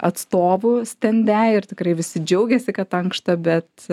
atstovų stende ir tikrai visi džiaugėsi kad ankšta bet